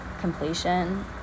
completion